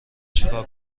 چیکار